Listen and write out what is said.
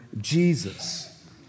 Jesus